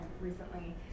recently